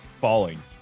falling